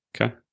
Okay